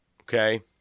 okay